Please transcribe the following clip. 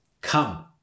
Come